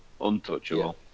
untouchable